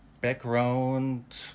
background